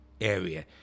area